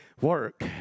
work